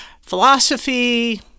Philosophy